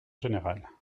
générale